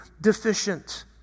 deficient